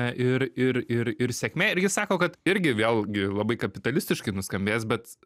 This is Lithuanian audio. ir ir ir ir sėkmė ir ji sako kad irgi vėlgi labai kapitalistiškai nuskambės bet